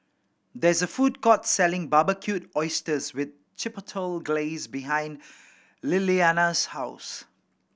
there is a food court selling Barbecued Oysters with Chipotle Glaze behind Lilianna's house